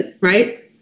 Right